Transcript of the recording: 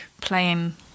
playing